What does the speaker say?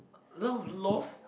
a lot of lost